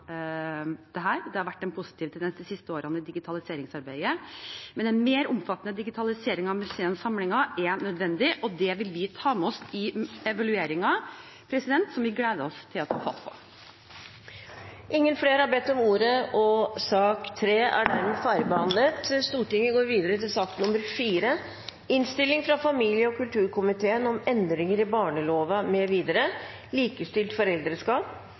Det har vært en positiv tendens de siste årene i digitaliseringsarbeidet, men en mer omfattende digitalisering av museumssamlingene er nødvendig, og det vil vi ta med oss i evalueringen, som vi gleder oss til å ta fatt på. Flere har ikke bedt om ordet til sak nr. 3. Etter ønske fra familie- og kulturkomiteen vil presidenten foreslå at taletiden blir begrenset til 5 minutter til hver partigruppe og 5 minutter til medlemmer av regjeringen. Presidenten vil videre